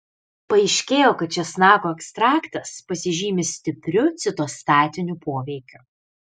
paaiškėjo kad česnako ekstraktas pasižymi stipriu citostatiniu poveikiu